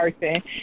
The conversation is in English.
person